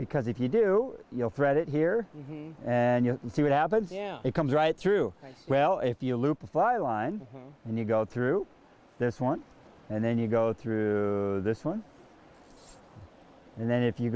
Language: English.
because if you do you know fred here and you see what happens yeah it comes right through well if you loop by line and you go through this one and then you go through to this one and then if you